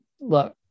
Look